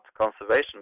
conservation